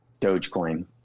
dogecoin